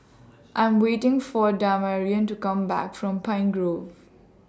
I'm waiting For Damarion to Come Back from Pine Grove